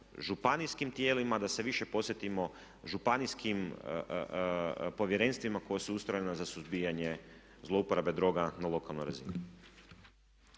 županijskim tijelima, da se više posvetimo županijskim povjerenstvima koja su ustrojena za suzbijanje zlouporabe droga na lokalnoj razini.